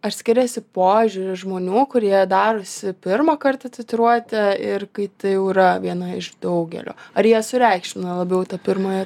ar skiriasi požiūris žmonių kurie darosi pirmą kartą tatiuruotę ir kai tai jau yra viena iš daugelio ar jie sureikšmina labiau tą pirmąją